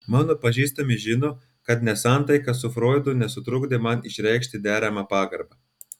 mano pažįstami žino kad nesantaika su froidu nesutrukdė man išreikšti deramą pagarbą